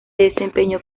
desempeñó